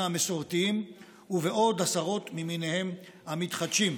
המסורתיים ובעוד עשרות ממיניה המתחדשים.